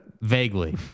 Vaguely